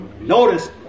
Notice